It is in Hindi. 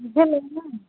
मुझे लेना है